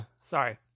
sorry